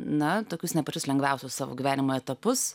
na tokius ne pačius lengviausius savo gyvenimo etapus